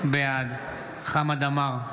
בעד חמד עמאר,